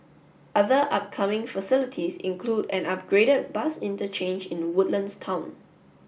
other upcoming facilities include an upgraded bus interchange in Woodlands town